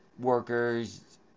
workers